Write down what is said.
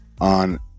on